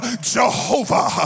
Jehovah